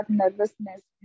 nervousness